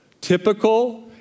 typical